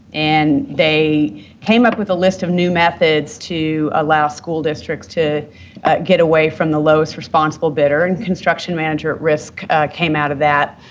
and they came up with a list of new methods to allow school districts to get away from the lowest responsible bidder, and construction manager at risk came out of that.